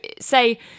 say